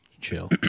Chill